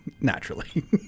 Naturally